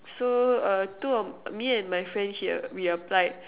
so uh two of me and my friend she we applied